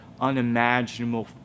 unimaginable